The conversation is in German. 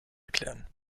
erklären